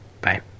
Bye